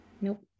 Nope